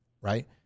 right